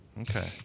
Okay